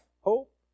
hope